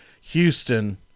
Houston